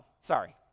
sorry